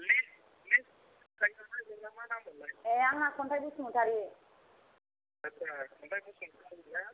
list थायोनालाय नोंना मा नाम मोनलाय ए आंना खन्थाइ बसुमथारि आथसा खन्थाइ बसुमथारिना